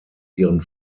ihren